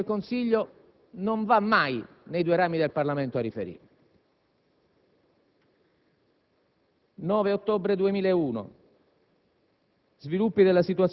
perché il Presidente del Consiglio non va mai nei due rami del Parlamento a riferire. Vediamo, 9 ottobre 2001,